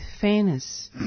fairness